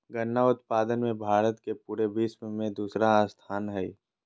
गन्ना उत्पादन मे भारत के पूरे विश्व मे दूसरा स्थान हय